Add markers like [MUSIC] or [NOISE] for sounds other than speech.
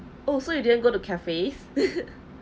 oh so you didn't go to cafes [LAUGHS]